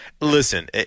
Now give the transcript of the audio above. Listen